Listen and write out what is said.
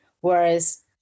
Whereas